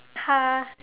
car